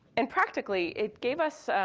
and practically, it gave us,